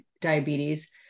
diabetes